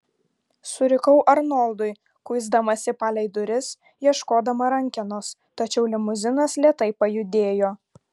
surikau arnoldui kuisdamasi palei duris ieškodama rankenos tačiau limuzinas lėtai pajudėjo